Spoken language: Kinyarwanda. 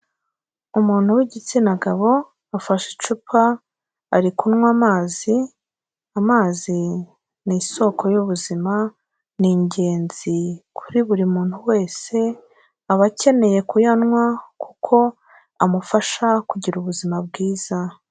Umuntu w'igitsina gabo, afashe icupa, ari kunywa amazi, amazi ni isoko y'ubuzima, ni ingenzi kuri buri muntu wese, aba akeneye kuyanywa kuko amufasha kugira ubuzima bwiza.